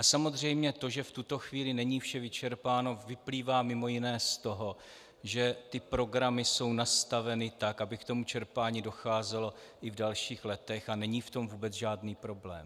Samozřejmě to, že v tuto chvíli není vše vyčerpáno, vyplývá mj. z toho, že programy jsou nastaveny tak, aby k čerpání docházelo i v dalších letech, a není v tom vůbec žádný problém.